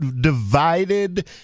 divided